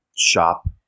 Shop